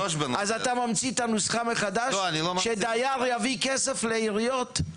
אתה ממציא את הנוסחה מחדש שדייר יביא כסף לעיריות?